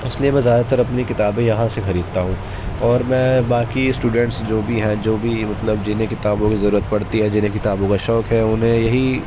اس لیے میں زیادہ تر اپنی کتابیں یہاں سے خریدتا ہوں اور میں باقی اسٹوڈینٹس جو بھی ہیں جو بھی مطلب جنہیں کتابوں کی ضرورت پڑتی ہے جنہیں کتابوں کا شوق ہے انہیں یہی